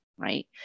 right